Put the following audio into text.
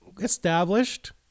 established